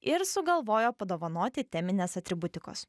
ir sugalvojo padovanoti teminės atributikos